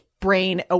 brain